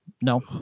No